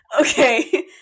Okay